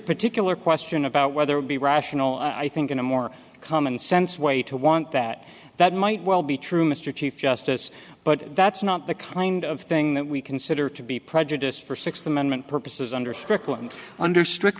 particular question about whether it be rational i think in a more common sense way to want that that might well be true mr chief justice but that's not the kind of thing that we consider to be prejudiced for sixth amendment per says under strickland under stric